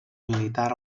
militar